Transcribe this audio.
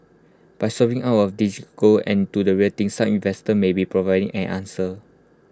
by swapping out of digi gold and to the real thing some investors may be providing an answer